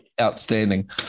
outstanding